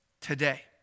today